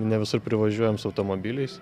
ne visur privažiuojam su automobiliais